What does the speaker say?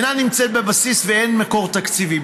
אינה נמצאת בבסיס ואין מקור תקציבי.